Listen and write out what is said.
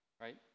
right